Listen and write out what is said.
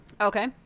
Okay